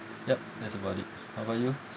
yup that's about it how about you